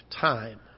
time